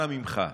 אנא ממך,